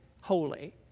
holy